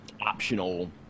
optional